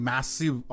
Massive